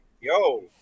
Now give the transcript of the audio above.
yo